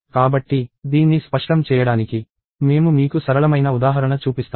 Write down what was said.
కాబట్టి దీన్ని స్పష్టం చేయడానికి మేము మీకు సరళమైన ఉదాహరణ చూపిస్తాము